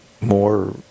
more